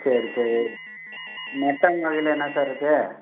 சரி சரி மட்டன் வகையில் என்ன சார் இருக்குது